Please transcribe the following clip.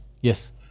Yes